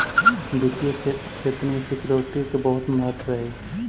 वित्तीय क्षेत्र में सिक्योरिटी के बहुत महत्व हई